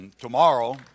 tomorrow